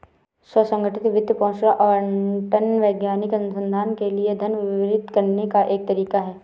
स्व संगठित वित्त पोषण आवंटन वैज्ञानिक अनुसंधान के लिए धन वितरित करने का एक तरीका हैं